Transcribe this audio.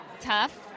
tough